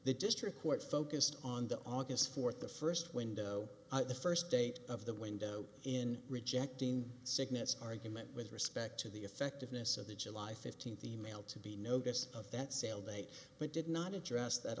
the district court focused on the august fourth the first window the first day of the window in rejecting cygnus argument with respect to the effectiveness of the july fifteenth email to the notice of that sale date but did not address that